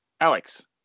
Alex